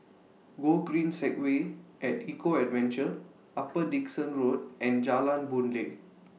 Gogreen Segway At Eco Adventure Upper Dickson Road and Jalan Boon Lay